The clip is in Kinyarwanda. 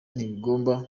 ntibigomba